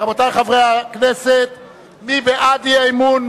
רבותי חברי הכנסת, מי בעד האי-אמון?